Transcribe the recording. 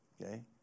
Okay